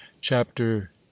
Chapter